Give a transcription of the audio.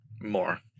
more